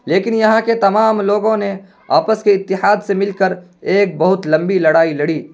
لیکن یہاں کے تمام لوگوں نے آپس کے اتحاد سے مل کر ایک بہت لمبی لڑائی لڑی